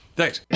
Thanks